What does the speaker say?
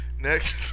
Next